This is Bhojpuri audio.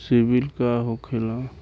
सीबील का होखेला?